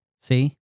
See